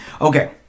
Okay